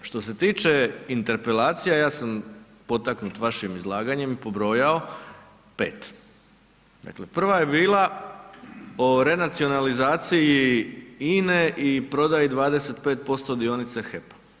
E, što se tiče interpelacija, ja sam potaknut vašim izlaganjem pobrojao 5. Dakle, prva je bila o renacionalizaciji INA-e i prodaji 25% dionica HEP-a.